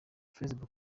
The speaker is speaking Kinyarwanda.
facebook